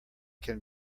can